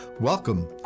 Welcome